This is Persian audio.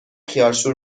خیارشور